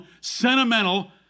sentimental